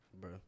bro